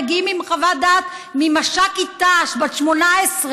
מגיעים עם חוות דעת ממש"קית ת"ש בת 18,